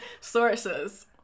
sources